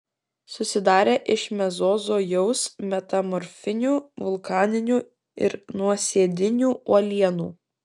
susidarę iš mezozojaus metamorfinių vulkaninių ir nuosėdinių uolienų